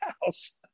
house